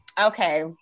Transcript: Okay